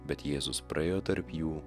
bet jėzus praėjo tarp jų